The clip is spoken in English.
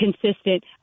consistent